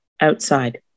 outside